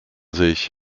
sich